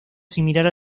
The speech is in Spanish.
similar